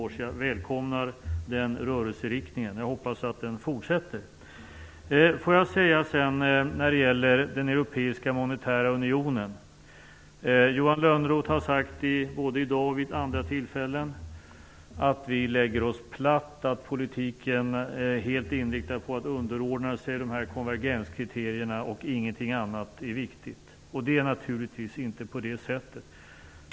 Jag välkomnar den rörelseriktningen. Jag hoppas att den fortsätter. När det gäller den europeiska monetära unionen vill jag säga följande. Johan Lönnroth har sagt både i dag och vid andra tillfällen att vi lägger oss platt, att politiken är helt inriktad på att underordna sig konvergenskriterierna och att ingenting annat är viktigt. Det är naturligtvis inte på det sättet.